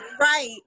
Right